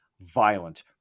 violent